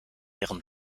ihrem